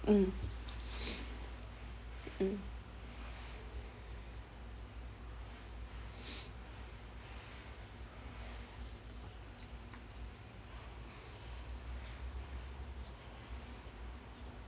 mm mm